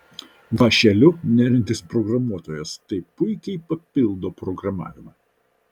vąšeliu neriantis programuotojas tai puikiai papildo programavimą